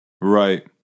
Right